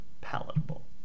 palatable